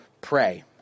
pray